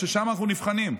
ששם אנחנו נבחנים.